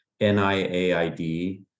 NIAID